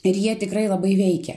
ir jie tikrai labai veikia